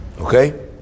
Okay